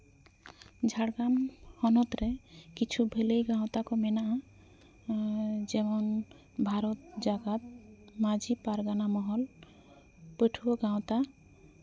ᱡᱷᱟᱲᱜᱨᱟᱢ ᱦᱚᱱᱚᱛ ᱨᱮ ᱠᱤᱪᱷᱩ ᱵᱷᱟᱹᱞᱟᱹᱭ ᱜᱟᱶᱛᱟ ᱠᱚ ᱢᱮᱱᱟᱜᱼᱟ ᱡᱮᱢᱚᱱ ᱵᱷᱟᱨᱚᱛ ᱡᱟᱠᱟᱛ ᱢᱟᱹᱡᱷᱤ ᱯᱟᱨᱜᱟᱱᱟ ᱢᱚᱦᱚᱞ ᱯᱟᱹᱴᱷᱩᱣᱟᱹ ᱜᱟᱶᱛᱟ